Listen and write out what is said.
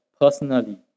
personally